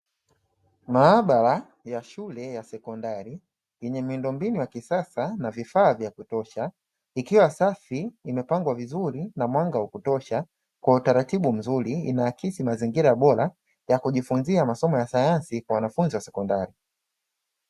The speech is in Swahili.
Maabara ya shule ya sekondari yenye miundombinu ya kisasa na vifaa vya kisasa, ikiwa safi imepangwa vizuri na mwanga wa kutosha kwa utaratibu mzuri, inaakisi mazingira bora ya kujifunzia masomo ya sayansi kwa wanafunzi wa sekondari.